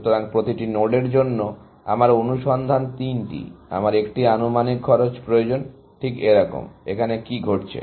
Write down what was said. সুতরাং প্রতিটি নোডের জন্য আমার অনুসন্ধান তিনটি আমার একটি আনুমানিক খরচ প্রয়োজন ঠিক এরকম এখানে কি ঘটছে